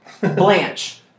Blanche